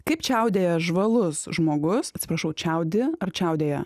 kaip čiaudėja žvalus žmogus atsiprašau čiaudi ar čiaudėja